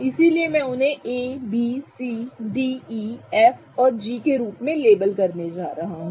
इसलिए मैं उन्हें A B C D E F G के रूप में लेबल करने जा रहा हूं